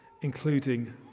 including